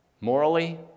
Morally